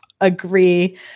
Agree